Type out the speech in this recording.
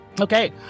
Okay